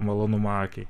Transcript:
malonumą akiai